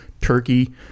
Turkey